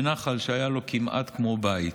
בנחל שהיה לו כמעט כמו בית.